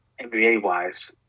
NBA-wise